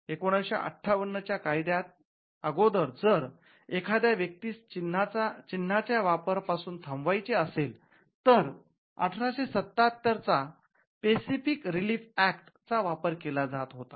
१९५८ च्या कायद्या आगोदर जर एखाद्या व्यक्तीस चिन्हाच्या वापर पासून थांबवायचे असेल तर १८७७ च्या स्पेसिफिक रिलीफ ऍक्ट विशेष सूट कायदा चा वापर केला जात होता